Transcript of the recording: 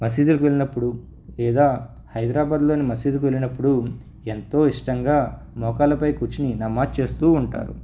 మసీదులకు వెళ్ళినప్పుడు లేదా హైదరాబాద్లోని మసీదుకు వెళ్ళినప్పుడు ఎంతో ఇష్టంగా మోకాళ్ళపై కూర్చుని నమాజ్ చేస్తూ ఉంటారు